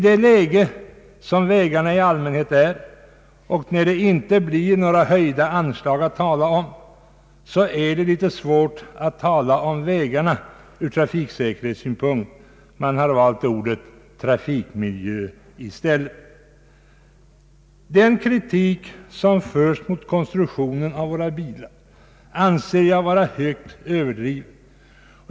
Med tanke på vägar nas beskaffenhet i allmänhet och att det inte blir några nämnvärda höjningar av anslagen är det litet svårt att tala om vägarna ur trafiksäkerhetssynpunkt. Man har valt ordet trafikmiljö i stället. Den kritik som framförts mot konstruktionen av våra bilar anser jag vara högt överdriven.